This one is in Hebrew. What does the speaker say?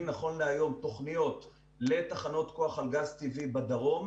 נכון להיום תוכניות לתחנות כוח לגז טבעי בדרום,